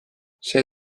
see